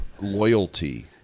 loyalty